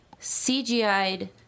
CGI'd